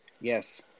Yes